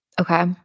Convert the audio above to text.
okay